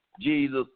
Jesus